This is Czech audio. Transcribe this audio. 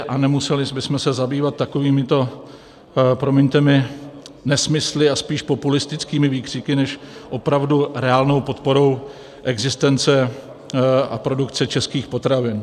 A nemuseli bychom se zabývat takovýmito, promiňte mi, nesmysly a spíš populistickými výkřiky než opravdu reálnou podporou existence a produkce českých potravin.